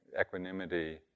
equanimity